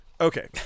Okay